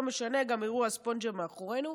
לא משנה, גם אירוע הספונג'ה מאחורינו.